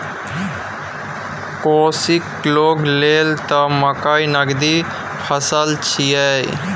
कोशीक लोग लेल त मकई नगदी फसल छियै